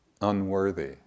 unworthy